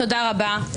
תודה רבה.